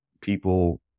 people